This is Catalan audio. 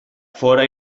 fóra